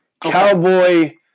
Cowboy